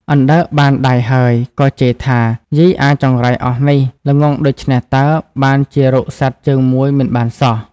អណ្ដើកបានដៃហើយ ក៏ជេរថា៖ "យីអាចង្រៃអស់នេះ ល្ងង់ដូច្នេះតើបានជារកសត្វជើងមួយមិនបានសោះ!